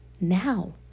now